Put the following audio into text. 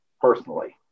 personally